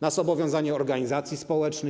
na zobowiązanie organizacji społecznych.